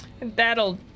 That'll